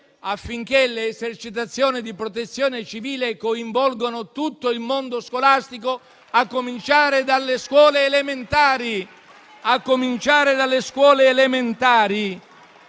affinché le esercitazioni di protezione civile coinvolgano tutto il mondo scolastico, a cominciare dalle scuole elementari